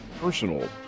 personal